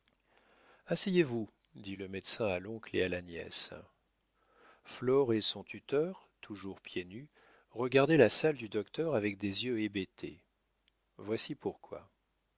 asseyez-vous dit le médecin à l'oncle et à la nièce flore et son tuteur toujours pieds nus regardaient la salle du docteur avec des yeux hébétés voici pourquoi